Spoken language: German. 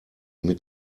mit